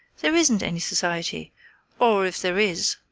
there isn't any society or, if there is,